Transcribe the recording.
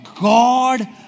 God